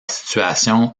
situation